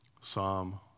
Psalm